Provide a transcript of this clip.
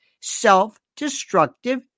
self-destructive